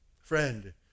friend